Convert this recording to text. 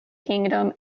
kingdom